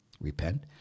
repent